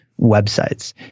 websites